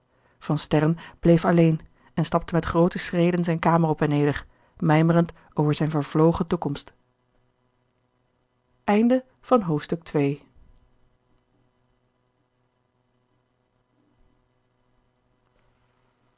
van sterren bleef alleen en stapte met groote schreden zijn kamer op en neder mijmerend over zijn vervlogen toekomst